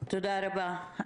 תודה רבה.